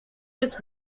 was